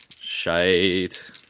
Shite